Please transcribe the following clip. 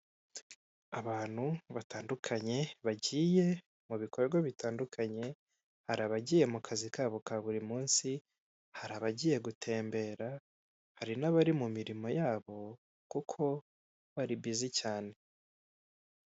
Abantu batandukanye bagiye mu bikorwa bitandukanye; hari abagiye mu kazi kabo ka buri munsi, hari abagiye gutembera, hari n'abari mu mirimo yabo, kuko bari bizi cyane.